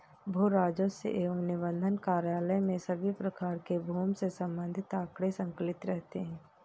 भू राजस्व एवं निबंधन कार्यालय में सभी प्रकार के भूमि से संबंधित आंकड़े संकलित रहते हैं